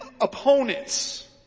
opponents